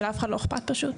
שלאף אחד לא אכפת פשוט.